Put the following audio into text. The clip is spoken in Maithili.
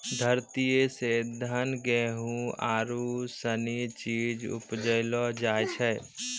धरतीये से धान, गेहूं आरु सनी चीज उपजैलो जाय छै